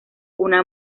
una